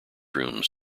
rooms